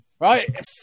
right